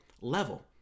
level